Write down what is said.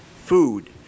Food